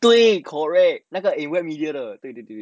对 correct 那个 in wet media 的对对对对